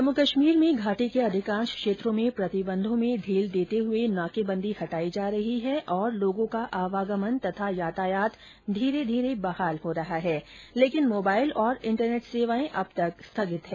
जम्म् कश्मीर में घाटी के अधिकांश क्षेत्रों में प्रतिबंधों में ढील देते हुए नाकेबंदी हटाई जा रही है और लोगों का आवागमन तथा यातायात धीरे धीरे बहाल हो रहा है लेकिन मोबाइल और इंटरनेट सेवाएं अब तक स्थगित है